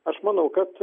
aš manau kad